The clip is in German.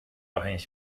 abhängig